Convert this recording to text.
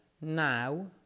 now